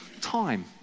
time